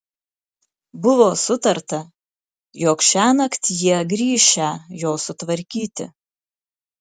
buvo sutarta jog šiąnakt jie grįšią jo sutvarkyti